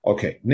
Okay